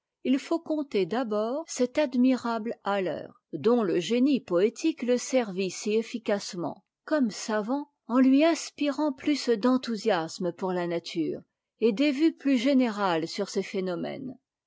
il faut compter d'abord cet admirable haller dont le génie poétique le servit si efficacement comme savant en lui inspirant plus d'enthousiasme pour la nature et des vues plus générales sur ses phénomènes